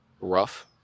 Rough